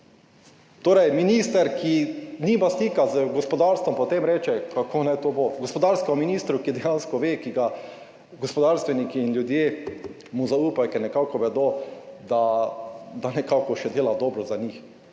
Torej, minister, ki nima stika z gospodarstvom, potem reče, kako naj to bo gospodarskemu ministru, ki dejansko ve, ki mu gospodarstveniki in ljudje zaupajo, ker nekako vedo, da nekako še dela dobro za njih.